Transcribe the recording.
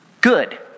Good